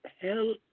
hell